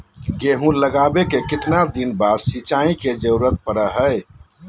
गेहूं लगावे के कितना दिन बाद सिंचाई के जरूरत पड़ो है?